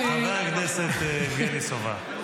חבר הכנסת יבגני סובה.